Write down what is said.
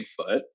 Bigfoot